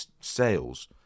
sales